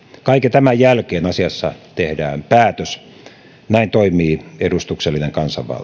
kaiken tämän jälkeen asiassa tehdään päätös näin toimii edustuksellinen kansanvalta